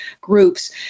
groups